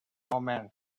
omen